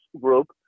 group